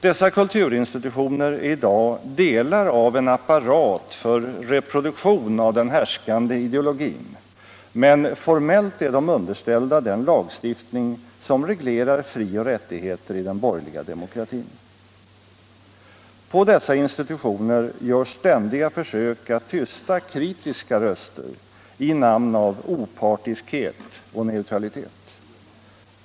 Dessa kulturinstitutioner är i dag delar av en apparat för reproduktion av den härskande ideologin, men formellt är de underställda den lagstiftning som reglerar fri och rättigheter i den borgerliga demokratin. På dessa institutioner görs ständiga försök att tysta kritiska röster i namn av opartiskhet och neutralitet.